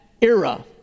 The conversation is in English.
era